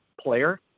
player